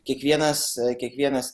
kiekvienas kiekvienas